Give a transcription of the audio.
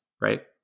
right